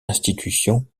institution